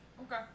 Okay